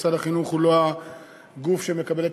משרד החינוך הוא לא הגוף שמקבל את